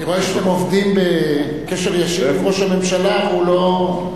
אני רואה שאתם עובדים בקשר ישיר עם ראש הממשלה והוא לא,